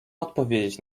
odpowiedzieć